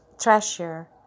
treasure